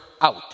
out